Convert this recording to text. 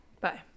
Bye